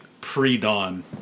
pre-dawn